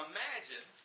Imagine